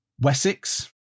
Wessex